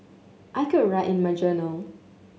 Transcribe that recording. I could write in my journal